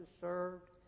served